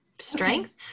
strength